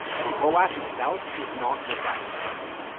but roas itself is not your guiding principle.